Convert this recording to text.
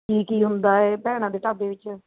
ਕੀ ਕੀ ਹੁੰਦਾ ਏ ਭੈਣਾਂ ਦੇ ਢਾਬੇ ਵਿੱਚ